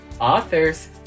authors